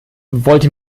wollte